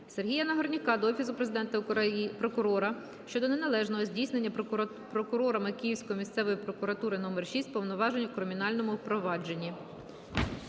Сергія Нагорняка до Офісу Генерального прокурора щодо неналежного здійснення прокурорами Київської місцевої прокуратури № 6 повноважень у кримінальному провадженні.